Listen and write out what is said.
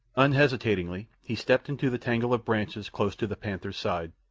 unhesitatingly, he stepped into the tangle of branches close to the panther's side,